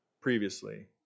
previously